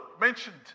mentioned